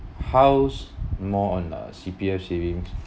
house more on a C_P_F savings